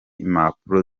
impapuro